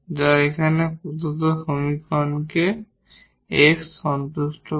যা এখানে প্রদত্ত সমীকরণকে X সন্তুষ্ট করে